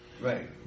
Right